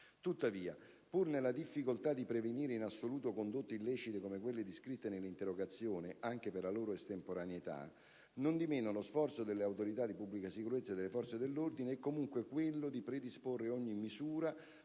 Tuttavia, pur nella difficoltà di prevenire in assoluto condotte illecite come quelle descritte nell'interrogazione, anche per la loro estemporaneità, nondimeno lo sforzo delle autorità di pubblica sicurezza e delle forze dell'ordine è comunque quello di predisporre ogni misura